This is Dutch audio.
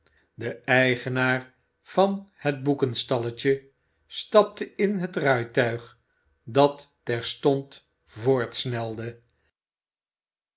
dé eigenaar van het boekenstalletje stapte in het rijtuig dat terstond voortsnelde